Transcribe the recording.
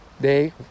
day